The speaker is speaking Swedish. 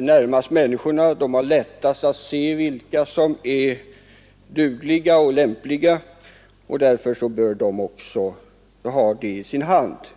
närmast människorna och har lättast att bedöma vilka medlare som är dugliga och lämpliga, bör den handha detta.